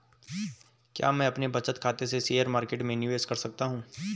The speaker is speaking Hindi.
क्या मैं अपने बचत खाते से शेयर मार्केट में निवेश कर सकता हूँ?